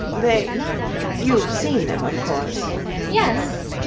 they you've seen them, of course yes,